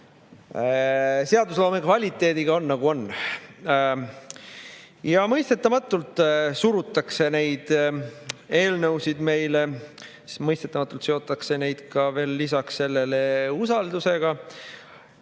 seadusloome kvaliteediga, nagu on. Mõistetamatult surutakse neid eelnõusid meile, mõistetamatult seotakse neid veel lisaks sellele usaldus[hääletuse]ga.